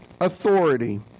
authority